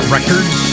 Records